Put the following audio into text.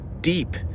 deep